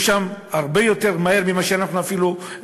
שם הרבה יותר מהר ממה שאנחנו מתכננים.